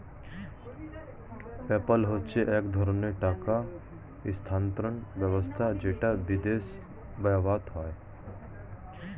PayPal হচ্ছে এক ধরণের টাকা স্থানান্তর ব্যবস্থা যেটা বিদেশে ব্যবহৃত হয়